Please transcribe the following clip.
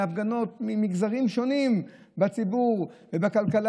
הפגנות ממגזרים שונים בציבור ובכלכלה